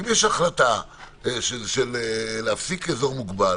אם יש החלטה של להפסיק אזור מוגבל